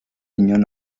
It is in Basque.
inon